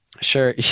Sure